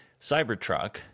Cybertruck